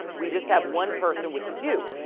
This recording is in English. we just have one person, which is you.